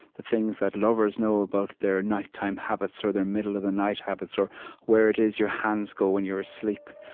the things that lovers know about their nighttime habits or their middle-of-the-night habits or where it is your hands go when you're asleep.